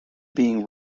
being